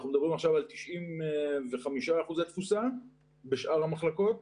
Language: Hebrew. אנחנו מדברים עכשיו על 95% תפוסה בשאר המחלקות,